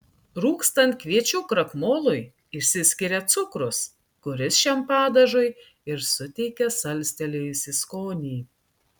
rūgstant kviečių krakmolui išsiskiria cukrus kuris šiam padažui ir suteikia salstelėjusį skonį